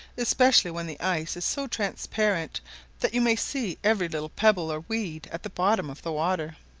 especially when the ice is so transparent that you may see every little pebble or weed at the bottom of the water.